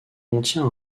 contient